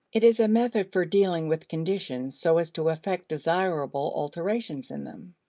it is a method for dealing with conditions so as to effect desirable alterations in them.